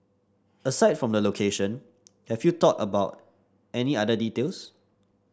aside from the location have you thought about any other details